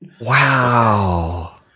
Wow